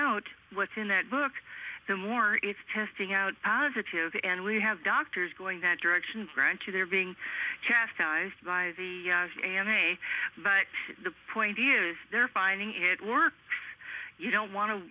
out what's in that book the more it's testing out positive and we have doctors going that direction grant you they're being chastised by the a m a but the point is they're finding it work you don't wan